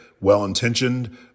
well-intentioned